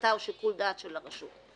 להחלטה או לשיקול דעת של הרשות.